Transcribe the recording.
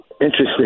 Interesting